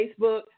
Facebook